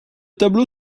tableau